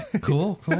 Cool